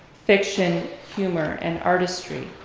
fiction, humor, and artistry.